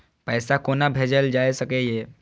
पैसा कोना भैजल जाय सके ये